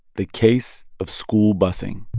the case of school busing